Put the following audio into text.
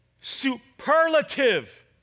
superlative